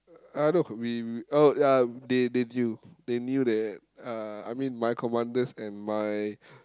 uh no we oh ya they they knew they knew that uh I mean my commanders and my